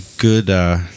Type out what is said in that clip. Good